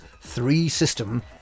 three-system